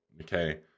Okay